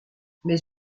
mais